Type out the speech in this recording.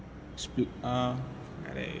સ્પ અરે